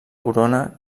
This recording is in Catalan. corona